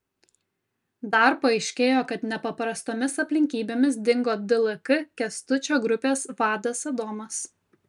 dar paaiškėjo kad nepaprastomis aplinkybėmis dingo dlk kęstučio grupės vadas adomas